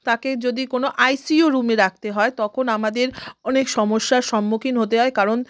তাকে যদি কোনো আইসিইউ রুমে রাখতে হয় তখন আমাদের অনেক সমস্যার সম্মুখীন হতে হয় কারণ